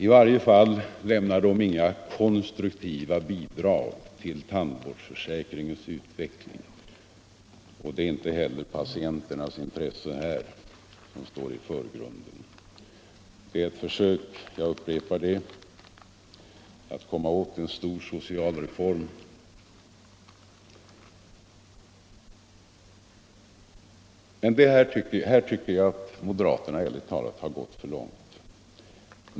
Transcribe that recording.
I varje fall lämnar de inga konstruktiva bidrag till tandvårdsförsäkringens utveckling, och det är inte heller patienternas intresse som står i förgrunden. Det är ett försök — jag upprepar det — att komma åt en stor social reform. Här tycker jag att moderaterna, ärligt talat, har gått för långt.